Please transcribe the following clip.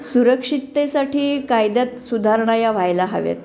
सुरक्षिततेसाठी कायद्यात सुधारणा या व्हायला हव्यात